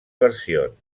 versions